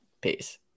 Peace